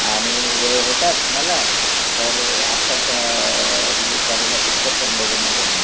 आणि वेळ होताच मला तर आत्ताचा रिलीज झालेला पिच्चर पण बघून आलो मी